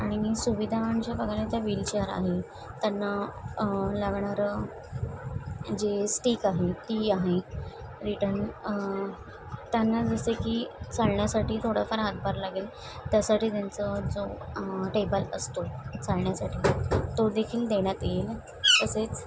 आणि सुविधा म्हणजे बघायला त्या विलचेअर आहे त्यांना लागणारं जे स्टीक आहे ती आहे रिटन त्यांना जसे की चाळण्यासाठी थोडाफार हातभार लागेल त्यासाठी त्यांचं जो टेबल असतो चाळण्यासाठी तो देखील देण्यात येईल तसेच